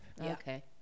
Okay